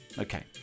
Okay